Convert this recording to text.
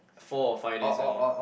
four or five days only